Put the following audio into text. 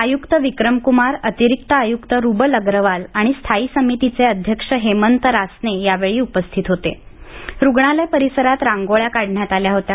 आयुक्त विक्रमक्मार अतिरिक्त आयुक्त रुबल अग्रवाल आणि स्थायी समितीचे अध्यक्ष हेमंत रासने यावेळी उपस्थित होते रुग्णालय परिसरात रांगोळ्या काढण्यात आल्या होत्या